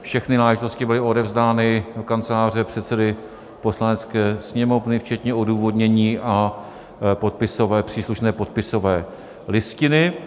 Všechny náležitosti byly odevzdány do kanceláře předsedy Poslanecké sněmovny včetně odůvodnění a příslušné podpisové listiny.